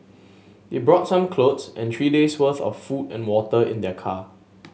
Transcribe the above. they brought some clothes and three days' worth of food and water in their car